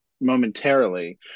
momentarily